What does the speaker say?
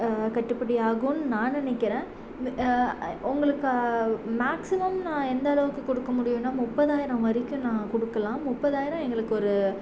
கட்டுபடியாகும்னு நான் நினைக்கிறேன் உங்களுக்கு மேக்ஸிமம் நான் எந்த அளவுக்கு கொடுக்க முடியும்னா முப்பதாயிரம் வரைக்கும் நான் கொடுக்கலாம் முப்பதாயிரம் எங்களுக்கு ஒரு